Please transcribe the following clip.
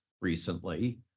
recently